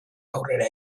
aurrera